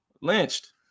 lynched